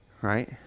Right